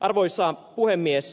arvoisa puhemies